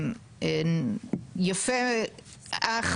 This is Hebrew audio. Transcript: יפה אך